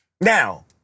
Now